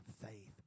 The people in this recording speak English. faith